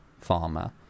Farmer